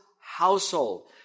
household